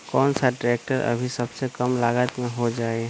कौन सा ट्रैक्टर अभी सबसे कम लागत में हो जाइ?